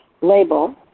label